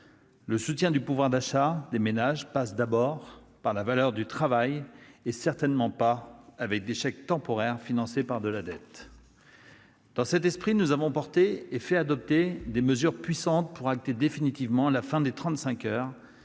le soutien au pouvoir d'achat des ménages passe d'abord par la valeur du travail, et certainement pas des chèques temporaires financés par de la dette. Dans cet esprit, nous avons porté et fait adopter des mesures puissantes pour acter définitivement la fin des 35 heures,